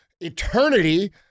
eternity